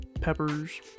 peppers